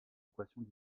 équations